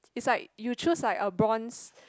is like you choose like a bronze